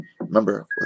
Remember